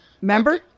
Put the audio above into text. Remember